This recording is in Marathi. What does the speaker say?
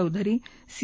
चौधरी सी